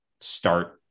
start